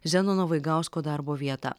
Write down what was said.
zenono vaigausko darbo vieta